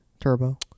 turbo